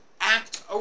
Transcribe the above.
act